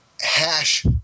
hash